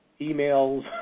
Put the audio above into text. emails